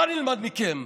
מה נלמד מכם?